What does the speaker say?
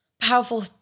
powerful